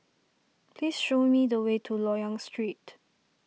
please show me the way to Loyang Street